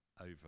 over